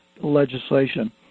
legislation